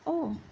oh